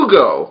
go